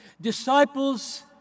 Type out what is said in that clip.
Disciples